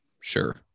sure